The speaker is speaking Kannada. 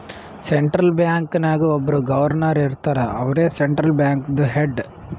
ಸೆಂಟ್ರಲ್ ಬ್ಯಾಂಕ್ ನಾಗ್ ಒಬ್ಬುರ್ ಗೌರ್ನರ್ ಇರ್ತಾರ ಅವ್ರೇ ಸೆಂಟ್ರಲ್ ಬ್ಯಾಂಕ್ದು ಹೆಡ್